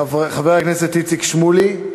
חבר הכנסת איציק שמולי,